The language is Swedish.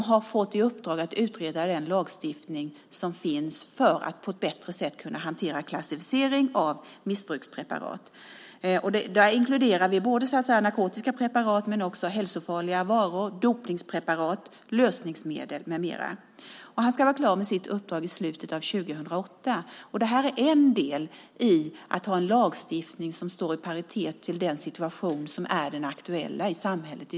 Han har fått i uppdrag att utreda den lagstiftning som finns för att på ett bättre sätt hantera klassificering av missbrukspreparat. Där inkluderar vi narkotiska preparat men också hälsofarliga varor, dopningspreparat, lösningsmedel med mera. Han ska vara klar med sitt uppdrag i slutet av 2008. Det är en del i att ha en lagstiftning som står i paritet med den aktuella situationen i samhället.